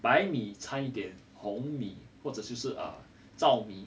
白米掺一点红米或者就是 err 糙米